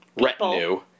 retinue